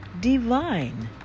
Divine